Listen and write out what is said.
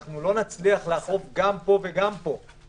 אנחנו לא נצליח לאכוף גם פה וגם פה,